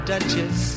Duchess